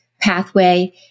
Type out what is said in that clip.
pathway